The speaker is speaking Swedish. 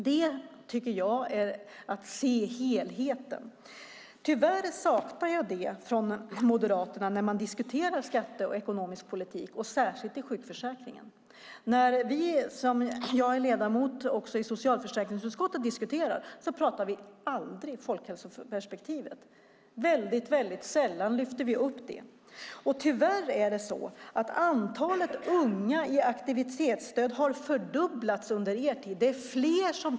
Det tycker jag är att se helheten. Tyvärr saknar jag det från Moderaterna när de diskuterar skattepolitik och ekonomisk politik, och särskilt vad gäller sjukförsäkringen. Jag är ledamot även i socialförsäkringsutskottet, och när vi diskuterar talar vi aldrig om folkhälsoperspektivet. Mycket sällan lyfter vi upp det. Tyvärr har antalet unga med aktivitetsstöd fördubblats under er tid vid makten, Henrik Ripa.